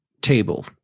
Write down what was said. table